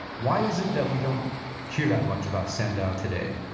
why is it that we don't hear that much about sandow today?